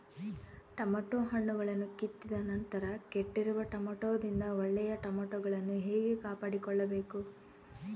Tomato ಹಣ್ಣುಗಳನ್ನು ಕಿತ್ತಿದ ನಂತರ ಕೆಟ್ಟಿರುವ ಟೊಮೆಟೊದಿಂದ ಒಳ್ಳೆಯ ಟೊಮೆಟೊಗಳನ್ನು ಹೇಗೆ ಕಾಪಾಡಿಕೊಳ್ಳಬೇಕು?